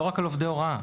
לא רק על עובדי הוראה.